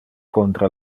contra